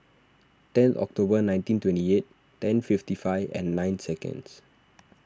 ten October nineteen twenty eight ten fifty five nine seconds